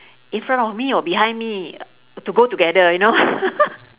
in front of me or behind me to go together you know